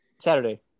Saturday